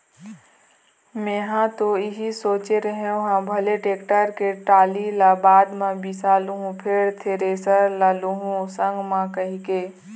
मेंहा ह तो इही सोचे रेहे हँव भले टेक्टर के टाली ल बाद म बिसा लुहूँ फेर थेरेसर ल लुहू संग म कहिके